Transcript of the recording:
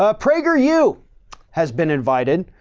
ah prager u has been invited,